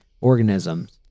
organisms